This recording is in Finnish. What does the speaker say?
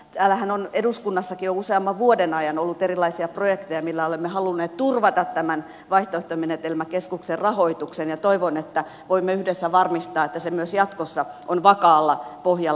täällähän on eduskunnassakin jo useamman vuoden ajan ollut erilaisia projekteja joilla olemme halunneet turvata tämän vaihtoehtomenetelmäkeskuksen rahoituksen ja toivon että voimme yhdessä varmistaa että se myös jatkossa on vakaalla pohjalla